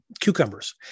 cucumbers